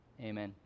Amen